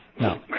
No